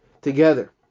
together